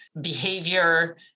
behavior